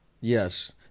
Yes